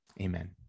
Amen